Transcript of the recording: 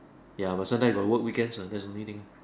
ya but some time gotta work weekends that's the only thing